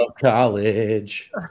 college